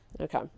Okay